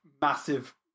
massive